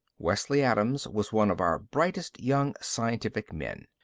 wesley adams was one of our brightest young scientific men.